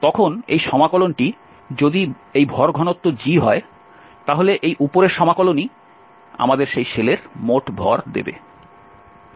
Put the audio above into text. তখন এই সমাকলনটি যদি এই ভর ঘনত্ব g হয় তাহলে এই উপরের সমাকলনই আমাদের সেই শেলের মোট ভর দেবে